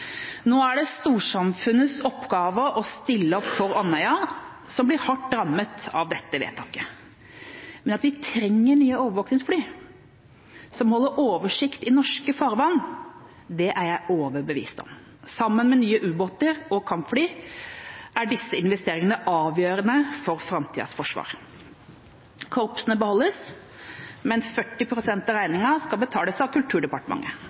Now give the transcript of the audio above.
Nå er det storsamfunnets oppgave å stille opp for Andøya, som blir hardt rammet av dette vedtaket. Men at vi trenger nye overvåkningsfly, som holder oversikt i norske farvann, er jeg overbevist om. Sammen med nye ubåter og kampfly er disse investeringene avgjørende for framtidas forsvar. Korpsene beholdes, men 40 pst. av regningen skal betales av Kulturdepartementet.